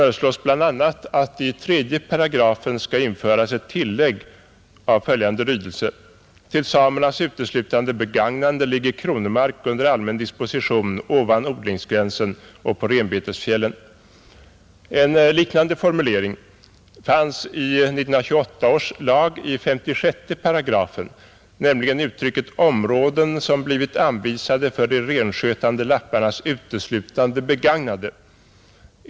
föreslås bl.a. att i 3 § skall införas ett tillägg av följande lydelse: ”Till samernas uteslutande begagnande ligger kronomark under allmän disposition ovan odlingsgränsen och på renbetesfjällen.” En liknande formulering fanns i 1928 års lag i 56 §, nämligen uttrycket ”områden som blivit anvisade för de renskötande lapparnas uteslutande begagnande”.